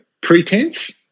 pretense